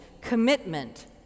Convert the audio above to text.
commitment